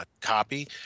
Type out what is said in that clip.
Copy